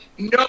No